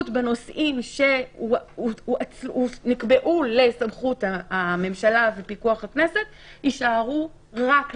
בנושאים שנקבעו לסמכות הממשלה ופיקוח הכנסת יישארו רק להם.